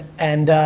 and